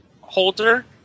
holder